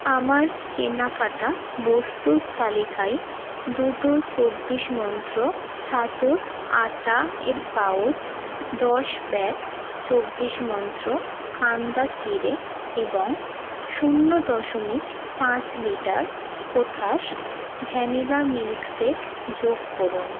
আমার কেনাকাটা বস্তুর তালিকায় দুটো চব্বিশ মন্ত্র ছাতুর আটা এর পাউচ দশ ব্যাগ চব্বিশ মন্ত্র কান্দা চিঁড়ে এবং শূন্য দশমিক পাঁচ লিটার কোথাস ভ্যানিলা মিল্কশেক যোগ করুন